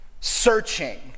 searching